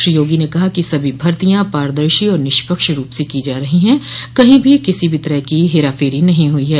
श्री योगी ने कहा कि सभी भर्तियॉ पारदर्शी और निष्पक्ष रूप से की जा रही हैं कहीं भी किसी तरह की हेराफेरी नहीं हुई है